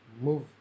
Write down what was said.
move